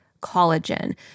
collagen